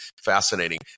fascinating